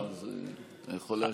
אתה יכול להשיב.